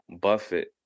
Buffett